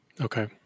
Okay